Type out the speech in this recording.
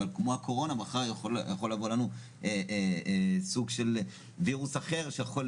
אבל כמו הקורונה מחר יכול לבוא לנו סוג של וירוס אחר שיכול